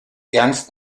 ernst